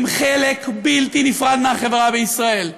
הם חלק בלתי נפרד מהחברה בישראל.